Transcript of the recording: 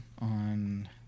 on